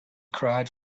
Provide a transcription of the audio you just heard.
cried